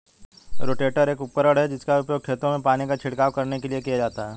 rotator एक उपकरण है जिसका उपयोग खेतों में पानी का छिड़काव करने के लिए किया जाता है